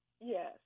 Yes